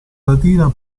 latina